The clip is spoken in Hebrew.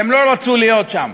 והם לא רצו להיות שם.